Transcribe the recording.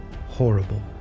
horrible